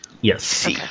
Yes